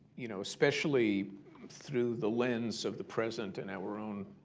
you know, especially through the lens of the present and our own,